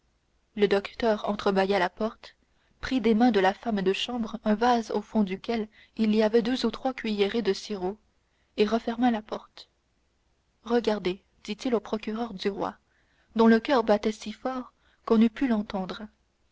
le docteur entrebâilla la porte prit des mains de la femme de chambre un vase au fond duquel il y avait deux ou trois cuillerées de sirop et referma la porte regardez dit-il au procureur du roi dont le coeur battait si fort qu'on eût pu l'entendre